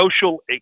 social